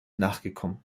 nachgekommen